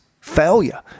failure